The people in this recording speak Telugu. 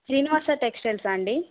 శ్రీనివాస టెక్స్టైల్సా అండి